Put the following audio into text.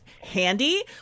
handy